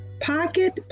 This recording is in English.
pocket